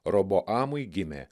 roboamui gimė